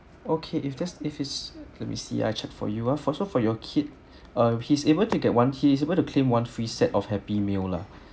okay if there's if it's let me see ah I check for you ah for so for your kid ah he's able to get one he is able to claim one free set of happy meal lah